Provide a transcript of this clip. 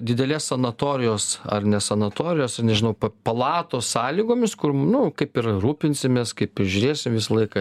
didelės sanatorijos ar ne sanatorijos ar nežinau palatos sąlygomis kur nu kaip ir rūpinsimės kaip ir žiūrėsim visą laiką